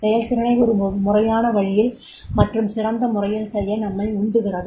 செயல்திறனை ஒரு முறையான வழியில் மற்றும் சிறந்த முறையில் செய்ய நம்மை உந்துகிறது